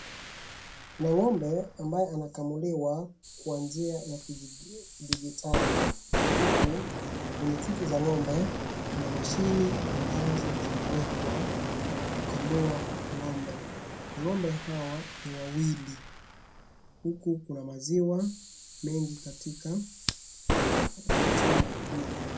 Kuna ng'ombe ambaye anakamuliwa kwa njia ya kidijitali, huku, kwenye chuchu za ng'ombe, kuna mashini ambazo zimewekwa kukamua ng'ombe, na ng'ombe hawa ni wawili, huku kuna maziwa mengi katika mtungi huu.